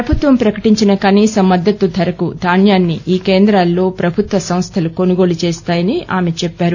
ప్రభుత్వం ప్రకటించిన కనీస మద్దతు ధరకు ధాన్యాన్ని ఈ కేంద్రాల్లో ప్రభుత్వ సంస్లు కొనుగో చేస్తాయని ఆమె చెప్పారు